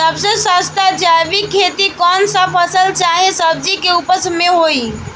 सबसे सस्ता जैविक खेती कौन सा फसल चाहे सब्जी के उपज मे होई?